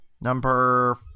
number